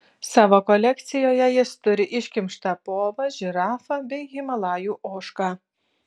savo kolekcijoje jis turi iškimštą povą žirafą bei himalajų ožką